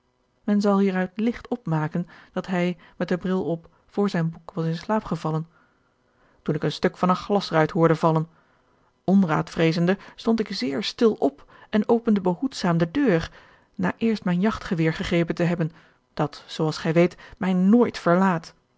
men zal hieruit ligt opmaken dat hij george een ongeluksvogel met den bril op voor zijn boek was in slaap gevallen toen ik een stuk van een glasruit hoorde vallen onraad vreezende stond ik zeer stil op en opende behoedzaam de deur na eerst mijn jagtgeweer gegrepen te hebben dat zoo als gij weet mij nooit verlaat